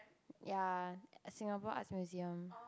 ya Singapore Arts Museum